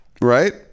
Right